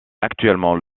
actuellement